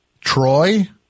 Troy